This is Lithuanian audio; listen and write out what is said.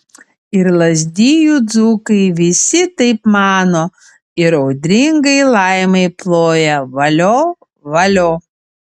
ir lazdijų dzūkai visi taip mano ir audringai laimai ploja valio valio